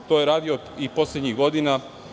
To je radio i poslednjih godina.